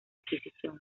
adquisición